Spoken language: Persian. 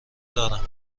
دارم